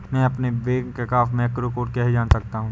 मैं अपने बैंक का मैक्रो कोड कैसे जान सकता हूँ?